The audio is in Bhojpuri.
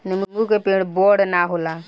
नीबू के पेड़ बड़ ना होला